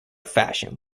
fashion